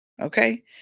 Okay